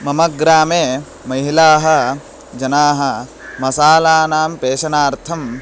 मम ग्रामे महिलाः जनाः मसालानां पेषणार्थंम्